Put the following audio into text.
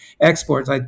exports